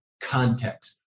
context